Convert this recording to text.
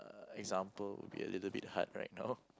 example would be a little bit hard right now